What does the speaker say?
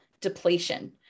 depletion